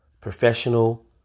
professional